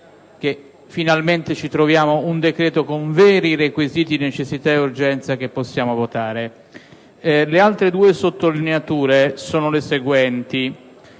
che finalmente ci troviamo un decreto-legge con veri requisiti di necessità ed urgenza che possiamo votare. Le altre due sottolineature sono le seguenti.